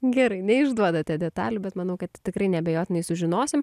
gerai neišduodate detalių bet manau kad tikrai neabejotinai sužinosim